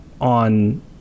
on